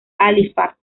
halifax